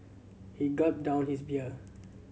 he gulped down his beer